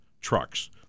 trucks